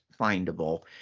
findable